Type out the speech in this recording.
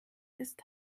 ist